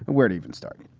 where to even start?